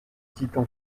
titan